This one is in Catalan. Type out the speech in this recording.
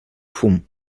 fum